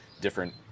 different